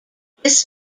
this